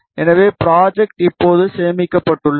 எனவே ப்ராஜெக்ட் இப்போது சேமிக்கப்பட்டுள்ளது